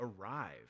arrive